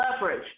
leverage